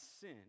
sin